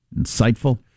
insightful